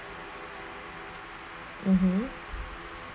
mmhmm